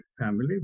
family